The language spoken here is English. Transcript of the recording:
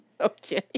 Okay